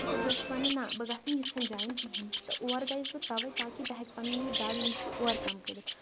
تہٕ بہٕ ٲسس ونان نہ بہٕ گژھنہٕ یژھن جاین کہینۍ تہِ اور گٔیس بہٕ توے تاکہِ بہٕ ہیٚکہٕ پَنُن یہِ ڈر یُس چھُ اوٚورکم کٔرتھ